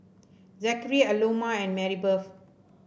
Zackary Aloma and Marybeth